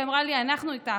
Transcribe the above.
והיא אמרה לי: אנחנו איתך.